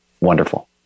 wonderful